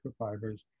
microfibers